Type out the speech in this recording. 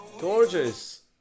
Gorgeous